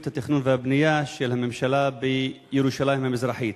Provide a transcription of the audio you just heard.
התכנון והבנייה של הממשלה בירושלים המזרחית.